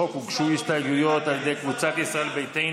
לחוק הוגשו הסתייגויות על ידי קבוצת סיעת ישראל ביתנו,